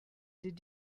did